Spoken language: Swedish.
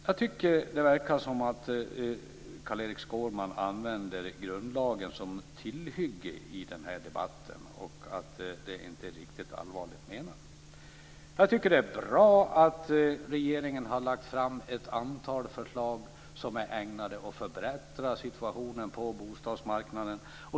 Jag tycker att det verkar som om Carl-Erik Skårman använder grundlagen som tillhygge i den här debatten och att det inte är riktigt allvarligt menat. Jag tycker att det är bra att regeringen har lagt fram ett antal förslag som är ägnade att förbättra situationen på bostadsmarknaden.